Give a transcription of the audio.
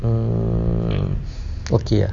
mm okay ah